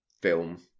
film